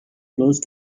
close